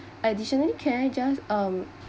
additionally can I just um